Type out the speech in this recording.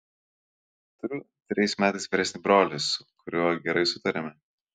turiu trejais metais vyresnį brolį su kuriuo gerai sutariame